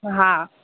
हा